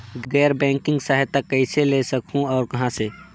गैर बैंकिंग सहायता कइसे ले सकहुं और कहाँ से?